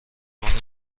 مارو